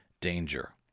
danger